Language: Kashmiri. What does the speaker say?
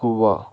گوَا